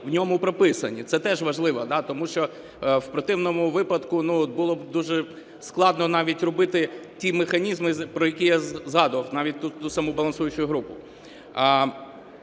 в ньому прописані. Це теж важливо, тому що в противному випадку було б дуже складно навіть робити ті механізми, про які я згадував, навіть ту саму балансуючу групу.